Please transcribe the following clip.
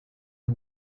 une